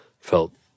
felt